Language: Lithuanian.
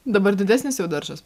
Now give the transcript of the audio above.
dabar didesnis jau daržas